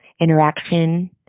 interaction